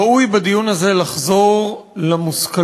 ראוי בדיון הזה לחזור למושכלות